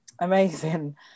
Amazing